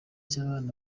cy’abana